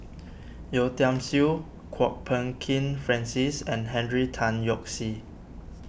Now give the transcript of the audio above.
Yeo Tiam Siew Kwok Peng Kin Francis and Henry Tan Yoke See